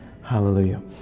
Hallelujah